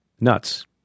nuts